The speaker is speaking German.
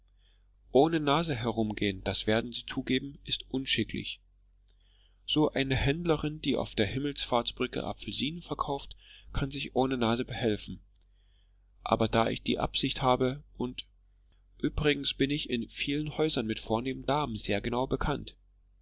ohne nase herumgehen das werden sie zugeben ist unschicklich so eine händlerin die auf der himmelfahrtsbrücke apfelsinen verkauft kann sich ohne nase behelfen aber da ich die absicht habe und übrigens bin ich in vielen häusern mit vornehmen damen sehr genau bekannt